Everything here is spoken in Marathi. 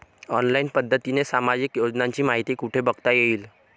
ऑनलाईन पद्धतीने सामाजिक योजनांची माहिती कुठे बघता येईल?